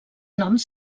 noms